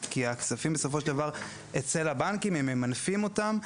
כי הכספים בסופו של דבר אצל הבנקים והם ממנפים אותם.